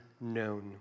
known